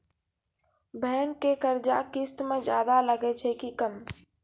Bank के कर्जा किस्त मे ज्यादा लागै छै कि कम?